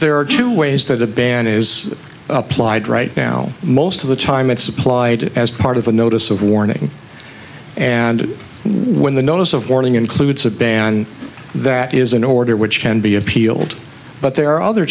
there are two ways that a ban is applied right now most of the time it's applied as part of a notice of warning and when the notice of warning includes a ban that is an order which can be appealed but there are other